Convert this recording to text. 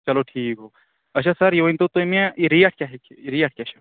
چلو ٹھیٖک گوٚو اچھا سَر یہِ ؤنۍ تَو تُہۍ مےٚ یہِ ریٹ کیٛاہ ہیٚکہِ ریٹ کیٛاہ چھِ